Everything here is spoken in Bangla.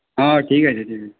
হ্যাঁ ঠিক আছে ঠিক আছে